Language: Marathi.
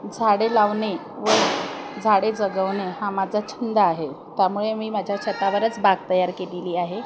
झाडे लावणे व झाडे जगवणे हा माझा छंद आहे त्यामुळे मी माझ्या छतावरच बाग तयार केलेली आहे